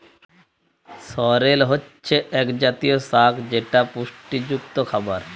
সরেল হচ্ছে এক জাতীয় শাক যেটা পুষ্টিযুক্ত খাবার